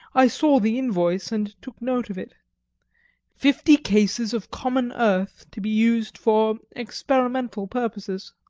i saw the invoice, and took note of it fifty cases of common earth, to be used for experimental purposes.